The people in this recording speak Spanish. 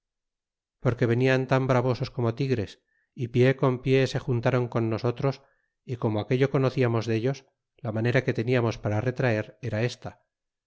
porque venian tan bravosos como tigres y pie con pie se juntaron con nosotros y como aquello conociamos dellos la manera que teniamos para retraer era esta